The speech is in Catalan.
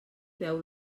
beu